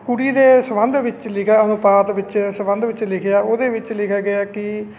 ਕੁੜੀ ਦੇ ਸਬੰਧ ਵਿੱਚ ਲਿਖਿਆ ਅਨੁਪਾਤ ਵਿੱਚ ਸਬੰਧ ਵਿੱਚ ਲਿਖਿਆ ਉਹਦੇ ਵਿੱਚ ਲਿਖਿਆ ਗਿਆ ਕਿ